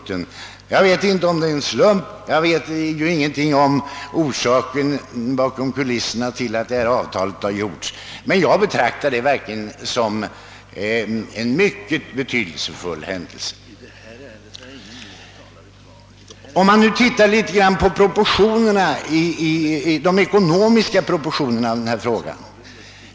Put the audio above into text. Eftersom jag inte känner till vad som har skett bakom kulisserna, vet jag inte om det är en slump att detta sker samtidigt som avtalet har träffats, men jag betraktar i varje fall avtalet såsom ett gott omen. Vi måste se på de ekonomiska proportionerna i den här frågan.